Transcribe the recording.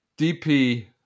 dp